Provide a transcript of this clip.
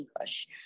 English